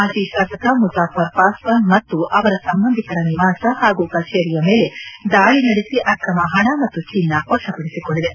ಮಾಜಿ ಶಾಸಕ ಮುಸಾಫರ್ ಪಾಸ್ವಾನ್ ಮತ್ತು ಅವರ ಸಂಬಂಧಿಕರ ನಿವಾಸ ಹಾಗೂ ಕಚೇರಿಯ ಮೇಲೆ ದಾಳಿ ನಡೆಸಿ ಅಕ್ರಮ ಹಣ ಮತ್ತು ಚಿನ್ನ ವಶಪಡಿಸಿಕೊಂಡಿದೆ